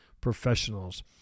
professionals